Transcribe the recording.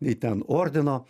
nei ten ordino